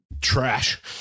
trash